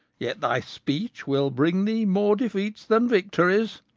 yet thy speech will bring thee more defeats than victories.